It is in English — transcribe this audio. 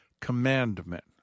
Commandment